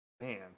man